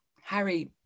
Harry